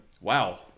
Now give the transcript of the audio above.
wow